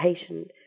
patient